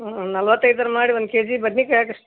ಹ್ಞೂ ನಲ್ವತ್ತೈದಾರೂ ಮಾಡಿ ಒಂದು ಕೆ ಜಿ ಬದ್ನೆಕಾಯ್ ಹಾಕ್ರಿ